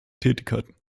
tätigkeiten